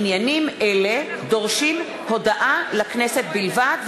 עניינים אלה דורשים הודעה לכנסת בלבד,